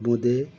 বোঁদে